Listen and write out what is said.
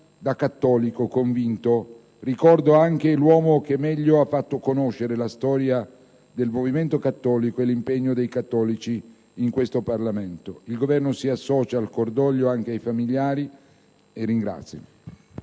da cattolico convinto ricordo anche l'uomo che meglio ha fatto conoscere la storia del movimento cattolico e l'impegno dei cattolici in questo Parlamento. Il Governo si associa al cordoglio dei familiari. *(Generali